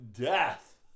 death